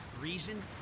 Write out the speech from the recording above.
reason